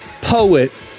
poet